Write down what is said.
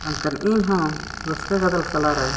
ᱢᱮᱱᱠᱷᱟᱱ ᱤᱧᱦᱚᱸ ᱨᱟᱹᱥᱠᱟᱹ ᱜᱟᱫᱮᱞ ᱛᱟᱞᱟᱨᱮ